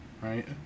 right